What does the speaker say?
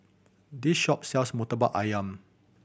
this shop sells Murtabak Ayam